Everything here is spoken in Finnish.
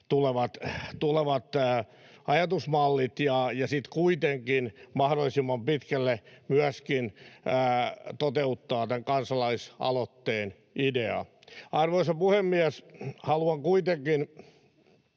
tulevat ajatusmallit ja sitten kuitenkin mahdollisimman pitkälle myöskin toteuttaa tämän kansalaisaloitteen ideaa. Arvoisa puhemies! Haluan kuitenkin